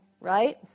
right